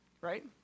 right